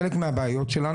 חלק מהבעיות שלנו,